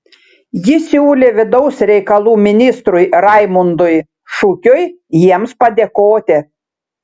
ji siūlė vidaus reikalų ministrui raimundui šukiui jiems padėkoti